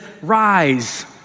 rise